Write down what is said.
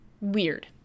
weird